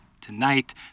tonight